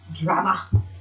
drama